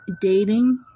dating